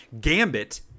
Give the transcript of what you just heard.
Gambit